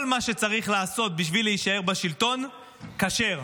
כל מה שצריך לעשות בשביל להישאר בשלטון כשר,